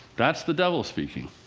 that's the devil speaking.